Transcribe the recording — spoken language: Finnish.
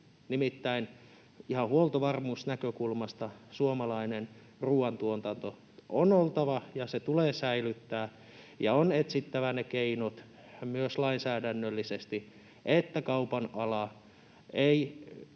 Nimittäin ihan huoltovarmuusnäkökulmasta suomalainen ruoantuotanto on oltava ja se tulee säilyttää. On etsittävä ne keinot myös lainsäädännöllisesti, että kaupan ala ei